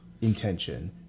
intention